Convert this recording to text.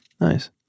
nice